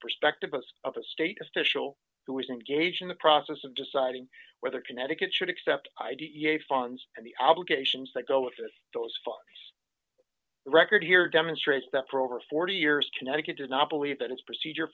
perspective of the state especial who is engaged in the process of deciding whether connecticut should accept i d e a funds and the obligations that go with that those funds the record here demonstrates that for over forty years connecticut does not believe that its procedure